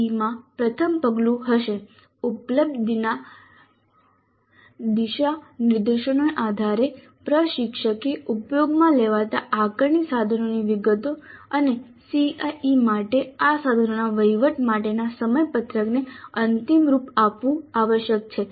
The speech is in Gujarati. CIE માં પ્રથમ પગલું હશે ઉપલબ્ધ દિશાનિર્દેશોના આધારે પ્રશિક્ષકે ઉપયોગમાં લેવાતા આકારણી સાધનોની વિગતો અને CIE માટે આ સાધનોના વહીવટ માટેના સમયપત્રકને અંતિમ રૂપ આપવું આવશ્યક છે